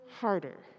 harder